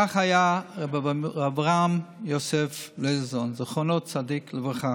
כך היה רבי אברהם יוסף לייזרזון, זכר צדיק לברכה.